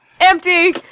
empty